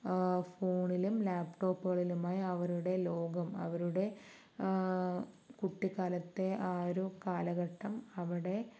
ഫോണിലും ലാപ്ടോപ്പുകളിലുമായി അവരുടെ ലോകം അവരുടെ കുട്ടിക്കാലത്തെ ആ ഒരു കാലഘട്ടം അവിടെ